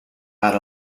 add